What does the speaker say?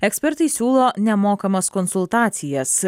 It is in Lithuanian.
ekspertai siūlo nemokamas konsultacijas